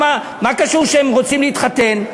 מה קשור שהם רוצים להתחתן?